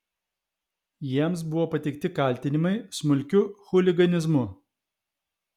jiems buvo pateikti kaltinimai smulkiu chuliganizmu